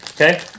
Okay